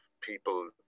people